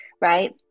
right